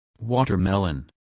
Watermelon